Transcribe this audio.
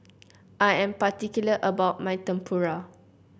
I am particular about my Tempura